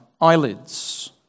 eyelids